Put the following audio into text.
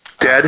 dead